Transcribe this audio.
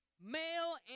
male